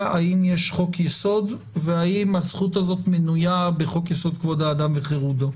האם יש חוק יסוד והאם הזכות הזאת מנויה בחוק יסוד: כבוד האדם וחירותו.